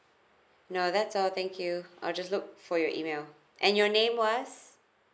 no that's all thank you I'll just look for your email and your name was